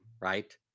Right